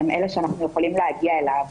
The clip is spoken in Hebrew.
הם אלה שאנחנו יכולים להגיע אליהם.